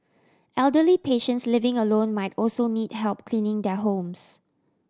elderly patients living alone might also need help cleaning their homes